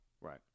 Right